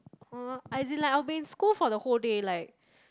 uh as in like I'll be in school for the whole day like